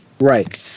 Right